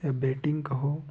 या बेटिंग कहो